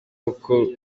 uko